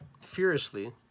furiously